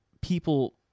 people